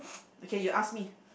okay you ask me